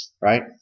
right